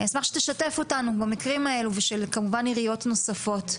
ובעיריות נוספות.